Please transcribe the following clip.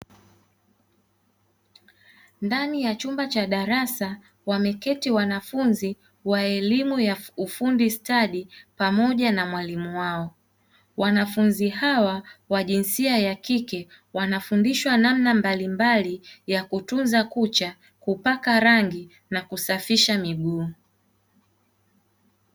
Ndani ya chumba cha darasa wameketi wanafunzi wa elimu ya ufundi stadi pamoja na mwalimu wao, wanafunzi hawa wa jinsia ya kike wanafundishwa namna mbalimbali ya kutunza kucha kupaka rangi na kusafisha miguu.